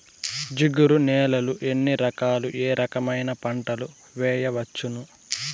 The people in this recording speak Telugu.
జిగురు నేలలు ఎన్ని రకాలు ఏ రకమైన పంటలు వేయవచ్చును?